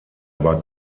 aber